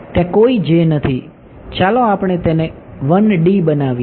ત્યાં કોઈ j નથી ચાલો આપણે તેને 1D બનાવીએ